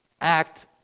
act